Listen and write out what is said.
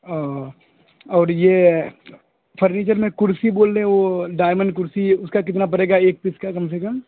او اور یہ پھرنیچر میں کرسی بول رہے ہیں وہ ڈائمنڈ کرسی ہے اس کا کتنا پڑے گا ایک پیس کا کم سے کم